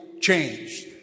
changed